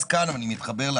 אז כאן אני מתחבר,